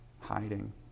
hiding